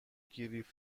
گریپ